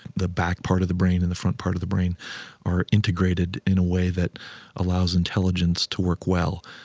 the back part of the brain and the front part of the brain are integrated in a way that allows intelligence to work well.